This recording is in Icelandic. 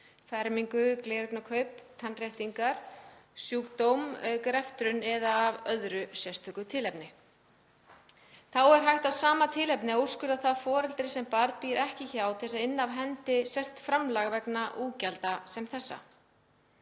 fermingu, gleraugnakaup, tannréttingar, sjúkdóm, greftrun eða af öðru sérstöku tilefni. Eins er hægt af sama tilefni að úrskurða það foreldri sem barn býr ekki hjá til þess að inna af hendi sérstakt framlag vegna útgjalda sem þessa.